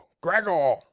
gregor